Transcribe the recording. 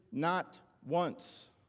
not once.